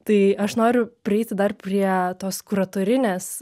tai aš noriu prieiti dar prie tos kuratorinės